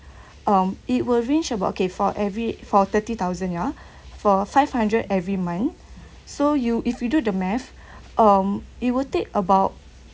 um it will range about okay for every for thirty thousand ya for five hundred every month so you if you do the math um it will take about